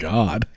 God